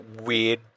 weird